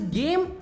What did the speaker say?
game